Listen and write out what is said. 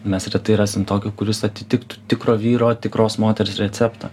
mes retai rasim tokį kuris atitiktų tikro vyro tikros moters receptą